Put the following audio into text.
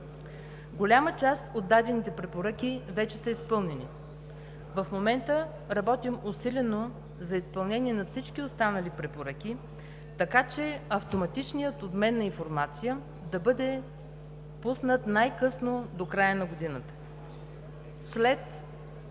Голяма част от дадените препоръки вече са изпълнени. В момента работим усилено за изпълнение на всички останали препоръки, така че автоматичният обмен на информация да бъде пуснат най-късно до края на годината, след